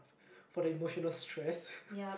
for the emotional stress